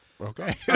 okay